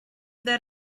that